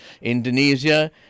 Indonesia